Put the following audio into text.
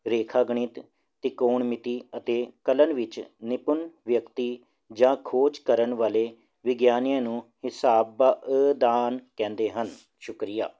ਰੇਖਾ ਗਣਿਤ ਤਿਕੌਣ ਮਿਤੀ ਅਤੇ ਕਲਨ ਵਿੱਚ ਨਿਪੁੰਨ ਵਿਅਕਤੀ ਜਾਂ ਖੋਜ ਕਰਨ ਵਾਲੇ ਵਿਗਿਆਨੀਆਂ ਨੂੰ ਹਿਸਾਬ ਦਾਨ ਕਹਿੰਦੇ ਹਨ ਸ਼ੁਕਰੀਆ